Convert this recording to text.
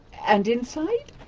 and inside,